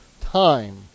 time